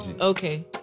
okay